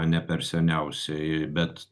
ne per seniausiai bet